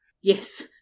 Yes